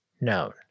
known